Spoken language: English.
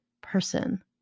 person